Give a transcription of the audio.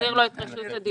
נחזיר לו את רשות הדיבור.